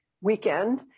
weekend